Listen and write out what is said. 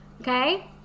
okay